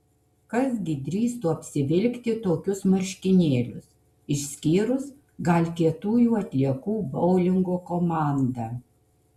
kas gi drįstų apsivilkti tokius marškinėlius išskyrus gal kietųjų atliekų boulingo komandą